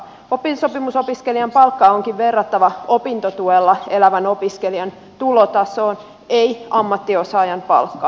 oppisopimusopiskelijan palkkaa onkin verrattava opintotuella elävän opiskelijan tulotasoon ei ammattiosaajan palkkaan